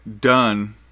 done